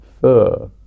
fur